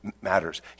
matters